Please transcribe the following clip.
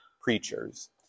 preachers